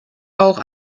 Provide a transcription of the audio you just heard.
auch